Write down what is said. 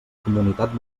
comunitat